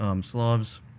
Slavs